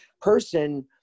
person